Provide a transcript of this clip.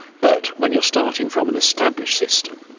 but when you're starting from an established system,